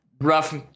rough